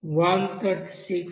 93 kilojoules